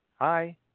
hi